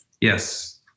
Yes